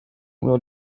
wheel